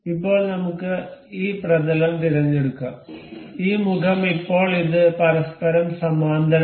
ഇപ്പോൾ നമുക്ക് ഈ പ്രതലം തിരഞ്ഞെടുക്കാം ഈ മുഖം ഇപ്പോൾ ഇത് പരസ്പരം സമാന്തരമായി